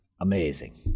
Amazing